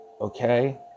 Okay